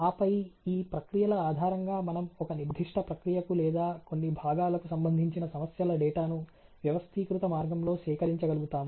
ఆపై ఈ ప్రక్రియల ఆధారంగా మనం ఒక నిర్దిష్ట ప్రక్రియకు లేదా కొన్ని భాగాలకు సంబంధించిన సమస్యల డేటాను వ్యవస్థీకృత మార్గంలో సేకరించగలుగుతాము